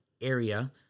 area